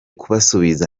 kubasubiza